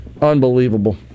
Unbelievable